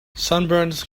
sunburns